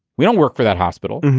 we don't work for that hospital.